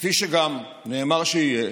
כפי שגם נאמר שיהיה,